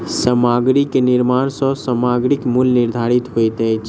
सामग्री के निर्माण सॅ सामग्रीक मूल्य निर्धारित होइत अछि